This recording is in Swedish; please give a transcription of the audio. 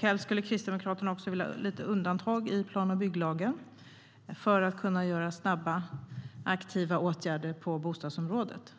Helst skulle Kristdemokraterna också vilja ha en del undantag i plan och bygglagen för att kunna vidta snabba, aktiva åtgärder på bostadsområdet.